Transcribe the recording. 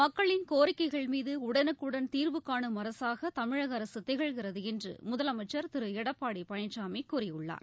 மக்களின் கோரிக்கைகள் மீது உடனுக்குடன் தீர்வு கானும் அரசாக தமிழக அரசு திகழ்கிறது என்று முதலமைச்சர் திரு எடப்பாடி பழனிசாமி கூறியுள்ளார்